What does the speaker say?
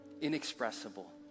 inexpressible